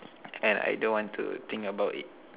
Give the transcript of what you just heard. and I don't want to think about it